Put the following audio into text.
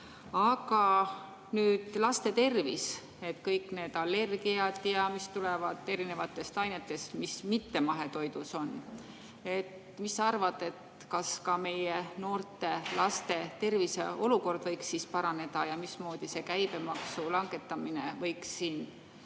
Aga nüüd laste tervisest. Kõik need allergiad, mis tulevad erinevatest ainetest, mis mittemahetoidus on ... Mis sa arvad, kas ka meie noorte ja laste tervis võiks siis paraneda? Mismoodi see käibemaksu langetamine võiks neid